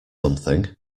something